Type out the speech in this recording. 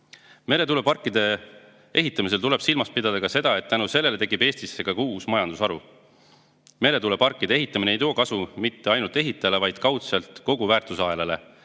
Meretuuleparkide ehitamisel tuleb silmas pidada ka seda, et tänu sellele tekib Eestisse uus majandusharu. Meretuuleparkide ehitamine ei too kasu mitte ainult ehitajale, vaid kaudselt kogu väärtusahelale